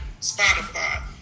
spotify